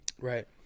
Right